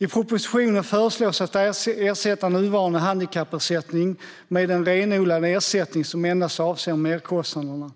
I propositionen föreslås att nuvarande handikappersättning ska ersättas med en renodlad ersättning som endast avser merkostnaderna.